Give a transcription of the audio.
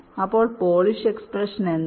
ഇപ്പോൾ Polish expression എന്താണ്